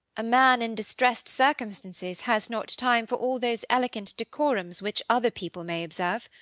a man in distressed circumstances has not time for all those elegant decorums which other people may observe.